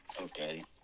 Okay